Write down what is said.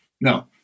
no